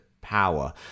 power